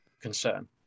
concern